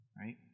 Right